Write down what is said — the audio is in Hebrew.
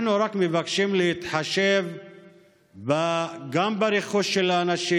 אנחנו רק מבקשים להתחשב גם ברכוש של האנשים,